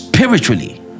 Spiritually